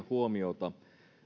huomiota